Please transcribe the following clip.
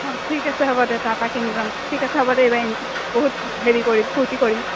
অঁ ঠিক আছে হ'ব দে তাৰ পৰা কিনি ল'ম ঠিক আছে হ'ব দে এইবাৰ বহুত হেৰি কৰিম ফূৰ্তি কৰিম